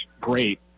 Great